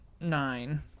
nine